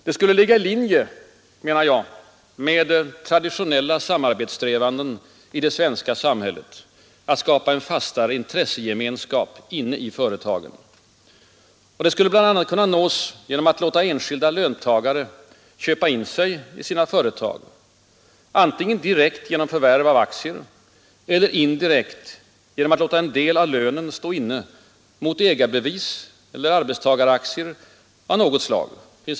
Det skulle ligga i linje med traditionella samarbetssträvanden i det svenska samhället att skapa en fastare intressegemenskap inne i företagen. Det skulle bl.a. kunna nås genom att låta enskilda löntagare köpa in sig i sina företag, antingen direkt genom förvärv av aktier eller indirekt genom att låta en del av lönen stå inne mot ägarebevis eller arbetstagaraktier av något slag.